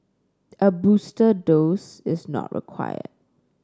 a booster dose is not required